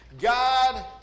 God